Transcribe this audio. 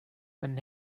when